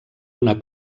una